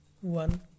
One